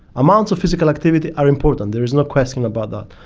amounts of physical activity are important, there is no question about that,